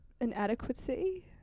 inadequacy